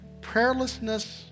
Prayerlessness